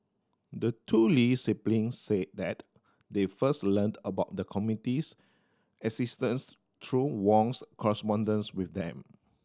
the two Lee siblings said that they first learned about the committee's existence through Wong's correspondence with them